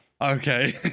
okay